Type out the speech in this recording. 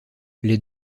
les